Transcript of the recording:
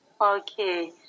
Okay